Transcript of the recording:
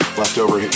leftover